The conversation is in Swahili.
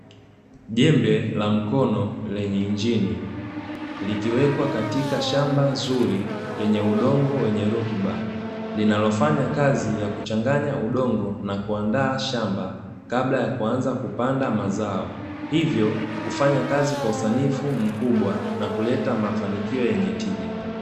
Jembe la mkono lenye injini, likiwekwa katika shamba zuri; lenye udongo wenye rutuba, linalofanya kazi ya kuchanganya udongo na kuandaa shamba kabla ya kuanza kupanda mazao, hivyo kufanya kazi kwa usanifu mkubwa na kuleta mafanikio yenye tija